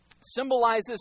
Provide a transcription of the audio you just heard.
Symbolizes